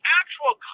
actual